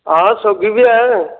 हां सौंगी बी ऐ